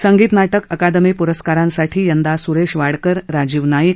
संगीत नाटक अकादमी पुरस्कारांसाठी यंदा सुरेश वाडकर राजीव नाईक